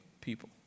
people